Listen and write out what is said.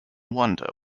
wonder